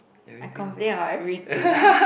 I complain about everything ah